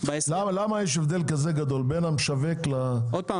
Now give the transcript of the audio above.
למה יש הבדל כזה גדול בין המשווק לחקלאי?